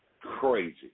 crazy